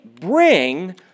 bring